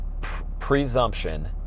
presumption